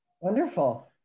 Wonderful